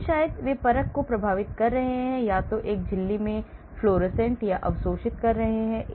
लेकिन शायद वे परख को प्रभावित कर रहे हैं या तो एक ही झिल्ली में फ्लोरोसेंट या अवशोषित कर रहे हैं